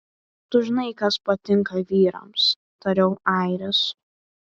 tu žinai kas patinka vyrams tariau airis